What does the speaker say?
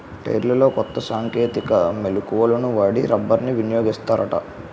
టైర్లలో కొత్త సాంకేతిక మెలకువలను వాడి రబ్బర్ని వినియోగిస్తారట